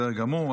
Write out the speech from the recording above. בסדר גמור.